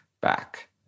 Back